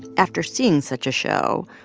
after seeing such a show,